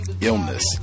illness